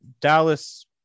Dallas